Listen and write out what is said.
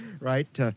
right